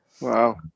Wow